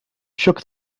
shook